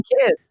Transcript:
kids